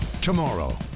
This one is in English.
Tomorrow